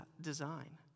design